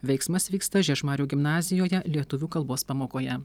veiksmas vyksta žiežmarių gimnazijoje lietuvių kalbos pamokoje